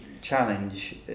challenge